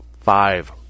five